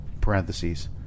Parentheses